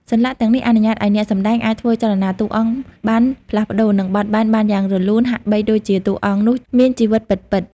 សន្លាក់ទាំងនេះអនុញ្ញាតឲ្យអ្នកសម្ដែងអាចធ្វើចលនាតួអង្គបានផ្លាស់ប្ដូរ និងបត់បែនបានយ៉ាងរលូន ហាក់បីដូចជាតួអង្គនោះមានជីវិតពិតៗ។